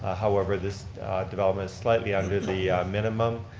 however this development is slightly under the minimum.